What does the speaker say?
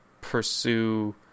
pursue